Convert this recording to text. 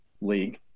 League